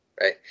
right